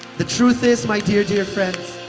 the truth is my dear, dear friends.